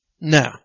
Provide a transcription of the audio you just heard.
No